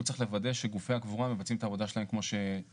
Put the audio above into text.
הוא צריך לוודא שגופי הקבורה מבצעים את העבודה שלהם כמו שצריך.